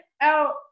out